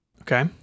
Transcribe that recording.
Okay